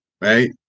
right